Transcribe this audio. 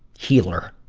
healer